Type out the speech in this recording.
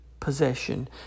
Possession